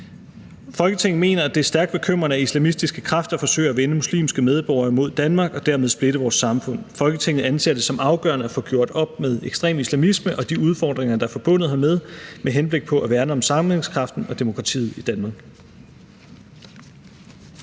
»Folketinget mener, at det er stærkt bekymrende, at islamistiske kræfter forsøger at vende muslimske medborgere imod Danmark og dermed splitte vores samfund. Folketinget anser det som afgørende at få gjort op med ekstrem islamisme og de udfordringer, der er forbundet hermed, med henblik på at værne om sammenhængskraften og demokratiet i Danmark.«